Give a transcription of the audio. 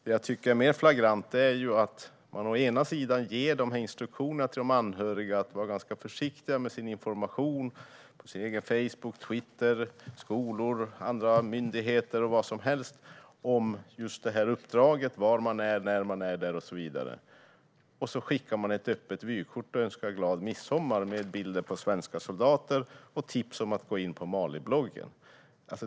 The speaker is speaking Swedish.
Det jag tycker är mer flagrant är att Försvarsmakten å ena sidan ger instruktioner till de anhöriga att vara ganska försiktiga med sin information på sin egen Facebook och Twitter, i skolor och andra myndigheter och vad som helst om uppdraget, var man är, när man är där och så vidare. Å andra sidan skickar Försvarsmakten alltså ett öppet vykort med bilder på svenska soldater och önskar glad midsommar och tipsar om att gå in på Malibloggen.